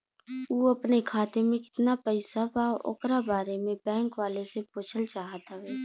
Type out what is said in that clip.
उ अपने खाते में कितना पैसा बा ओकरा बारे में बैंक वालें से पुछल चाहत हवे?